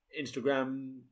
Instagram